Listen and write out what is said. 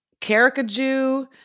Caracajou